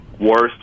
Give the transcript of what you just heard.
worst